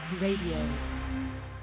Radio